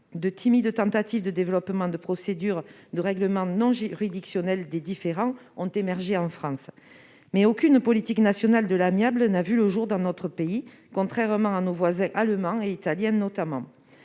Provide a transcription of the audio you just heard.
de timides tentatives de développement des procédures de règlement non juridictionnel des différends ont émergé en France, mais aucune politique nationale de l'amiable n'a vu le jour dans notre pays, contrairement à ce qui s'est passé chez nos voisins allemands et italiens notamment.